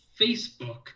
Facebook